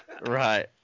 Right